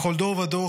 // בכל דור ודור,